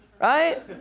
Right